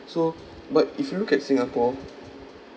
so but if you look at singapore